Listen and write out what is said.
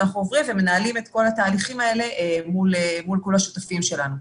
ואנחנו עוברים ומנהלים את כל התהליכים האלה מול כל השותפים שלנו.